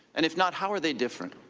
and if not how are they different?